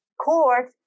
court